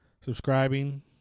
subscribing